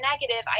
negative